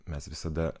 mes visada